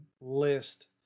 list